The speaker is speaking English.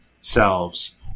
selves